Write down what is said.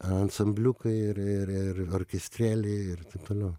ansambliukai ir ir ir orkestrėliai ir taip toliau